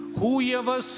Whoever